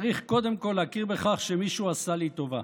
צריך קודם כול להכיר בכך שמישהו עשה לי טובה.